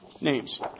names